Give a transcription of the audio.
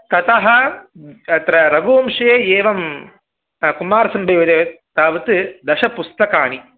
ततः तत्र रघुवंशे एवं कुमारसम्भवे तावत् दशपुस्तकाणि